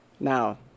Now